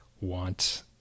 want